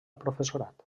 professorat